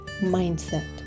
mindset